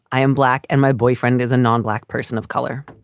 i am black and my boyfriend is a non-black person of color.